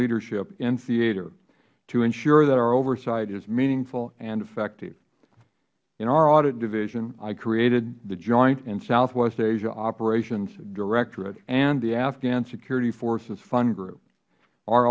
leadership in theater to ensure that our oversight is meaningful and effective in our audit division i created the joint and southwest asia operations directorate and the afghan security forces fund group